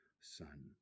son